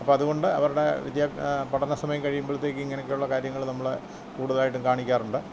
അപ്പോള് അതുകൊണ്ട് അവരുടെ വിദ്യ പഠന സമയം കഴിയുമ്പഴ്ത്തേക്ക് ഇങ്ങനെയൊക്കെയുള്ള കാര്യങ്ങള് നമ്മള് കൂടുതലായിട്ടും കാണിക്കാറുണ്ട്